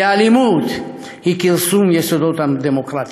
כי האלימות היא כרסום יסודות הדמוקרטיה.